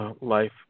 Life